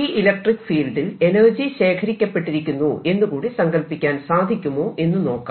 ഈ ഇലക്ട്രിക്ക് ഫീൽഡിൽ എനർജി ശേഖരിക്കപ്പെട്ടിരിക്കുന്നു എന്നുകൂടി സങ്കല്പിക്കാൻ സാധിക്കുമോ എന്ന് നോക്കാം